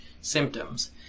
symptoms